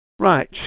Right